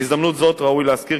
בהזדמנות זאת ראוי להזכיר,